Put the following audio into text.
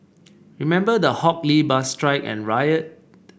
remember the Hock Lee bus strike and riot